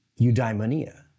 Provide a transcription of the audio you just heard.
eudaimonia